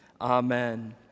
Amen